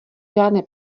žádné